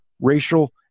racial